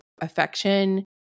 affection